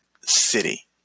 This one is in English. city